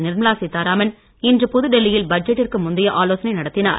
நிர்மலா சீத்தாராமன் இன்று புதுடெல்லியில் பட்ஜெட்டிற்கு முந்தைய ஆலோசனை நடத்தினார்